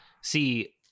See